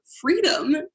freedom